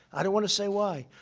i don't want to say why.